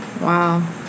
Wow